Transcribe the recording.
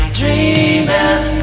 dreaming